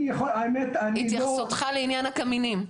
התייחסותך לעניין הקמינים.